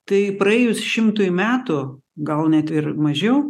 tai praėjus šimtui metų gal net ir mažiau